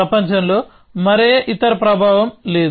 ప్రపంచంలో మరే ఇతర ప్రభావం లేదు